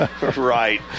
right